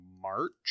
march